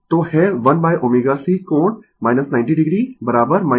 तो है 1ω C कोण 90 o j ω C